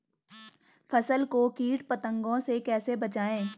फसल को कीट पतंगों से कैसे बचाएं?